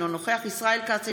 אינו נוכח ישראל כץ,